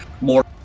more